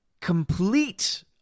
complete